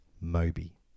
Moby